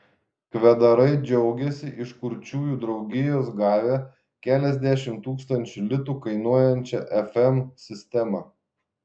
kvedarai džiaugiasi iš kurčiųjų draugijos gavę keliasdešimt tūkstančių litų kainuojančią fm sistemą